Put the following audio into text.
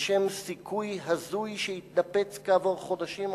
לשם סיכוי הזוי, שהתנפץ כעבור חודשים אחדים?